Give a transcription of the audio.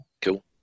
Cool